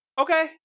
Okay